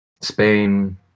Spain